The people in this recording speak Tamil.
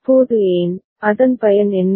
இப்போது ஏன் அதன் பயன் என்ன